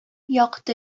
якты